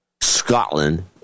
Scotland